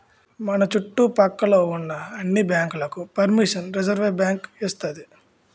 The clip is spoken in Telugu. మన చుట్టు పక్క లో ఉన్న అన్ని బ్యాంకులకు పరిమిషన్ రిజర్వుబ్యాంకు ఇస్తాది